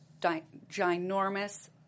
ginormous